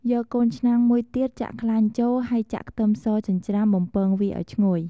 យកកូនឆ្នាំងមួយទៀត ចាក់ខ្លាញ់ចូល ហើយចាក់ខ្ទឹមសចិញ្ច្រាំ បំពងវាឱ្យឈ្ងុយ។